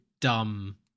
dumb